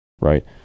right